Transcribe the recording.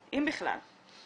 אם בכלל,